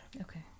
Okay